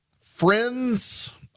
Friends